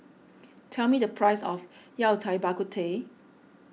tell me the price of Yao Cai Bak Kut Teh